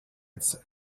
its